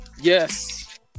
Yes